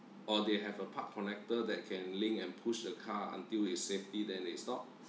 or they have a park connector that can link and push the car until it's safety then it's stopped